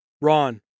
Ron